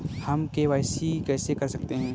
हम के.वाई.सी कैसे कर सकते हैं?